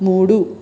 మూడు